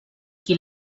qui